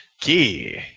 key